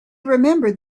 remembered